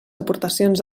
aportacions